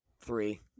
three